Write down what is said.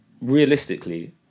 realistically